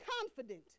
confident